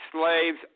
slaves